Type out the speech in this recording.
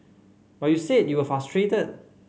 but you said you were frustrated